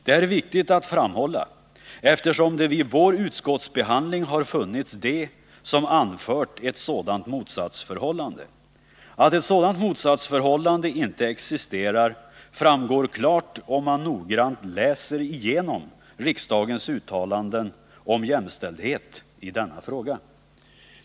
Detta är viktigt att framhålla, eftersom det vid utskottsbehandlingen har funnits de som anfört ett sådant motsatsförhållande. Att ett sådant motsatsförhållande inte existerar framgår klart av riksdagens uttalande om 92” jämställdhet i denna fråga.